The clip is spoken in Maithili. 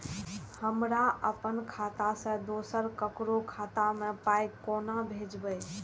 हमरा आपन खाता से दोसर ककरो खाता मे पाय कोना भेजबै?